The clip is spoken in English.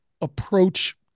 approach